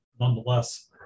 nonetheless